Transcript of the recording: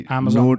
Amazon